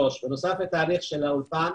נוסף לתהליך האולפן,